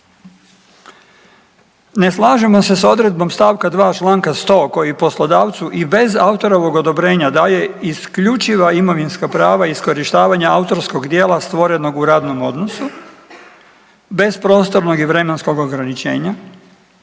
Ne slažemo se sa odredbom st. 2 čl. 100 koji poslodavcu i bez autorovog odobrenja daje isključiva imovinska prava iskorištavanja autorskog djela stvorenog u radnom odnosu, bez prostornog i vremenskog ograničenja,